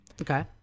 Okay